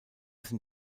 sind